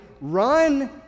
run